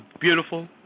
beautiful